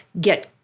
get